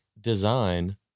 design